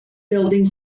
building